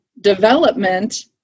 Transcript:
development